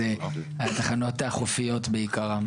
אלה התחנות החופיות בעיקר.